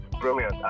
brilliant